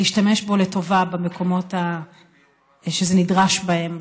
להשתמש בו לטובה במקומות שזה נדרש בהם,